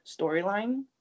storyline